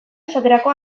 esaterako